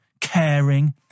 caring